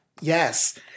Yes